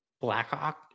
Blackhawk